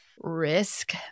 risk